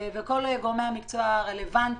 וכל גורמי המקצוע הרלוונטיים.